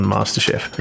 Masterchef